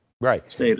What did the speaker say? Right